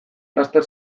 laster